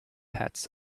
hats